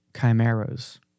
chimeras